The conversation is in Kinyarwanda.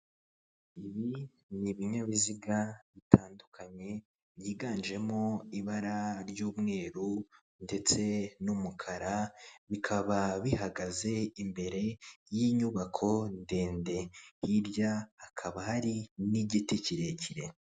Ibi ni ibinyabiziga bitandukanye byiganjemo ibara ry'umweru, ndetse n'umukara bikaba bihagaze imbere y'inyubako ndende. Hirya hakaba hari n'igiti kirekire.